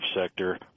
sector